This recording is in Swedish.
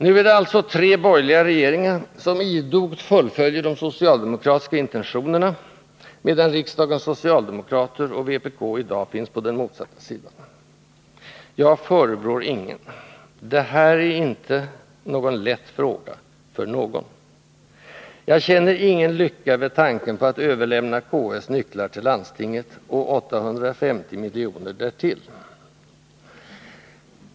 Nu är det alltså tre borgerliga regeringar som idogt fullföljer de socialdemokratiska intentionerna, medan riksdagens socialdemokrater — och vpk —-i dag finns på den motsatta sidan. Jag förebrår ingen. Det här är ingen lätt fråga, för någon. Jag känner ingen lycka vid tanken på att överlämna KS nycklar till landstinget, och 850 miljoner därtill.